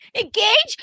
engage